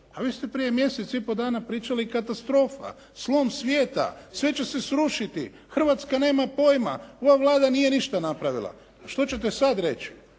A vi ste prije mjesec i po dana pričali: «Katastrofa! Slom svijeta, sve će se srušiti, Hrvatska nema pojma! Ova Vlada nije ništa napravila!» A što ćete sada reći?